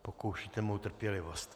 Pokoušíte mou trpělivost.